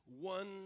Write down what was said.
one